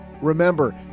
Remember